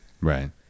right